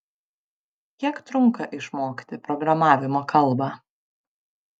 kiek trunka išmokti programavimo kalbą